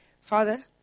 Father